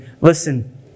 Listen